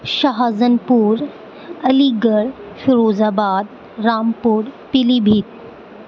شاہزن پور Aligarh Firozabad Rampur پیلی بھیت